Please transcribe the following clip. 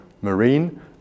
marine